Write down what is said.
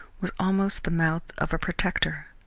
was almost the mouth of a protector.